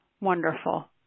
Wonderful